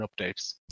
updates